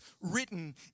written